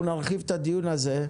אנחנו נרחיב את הדיון הזה,